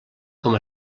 coma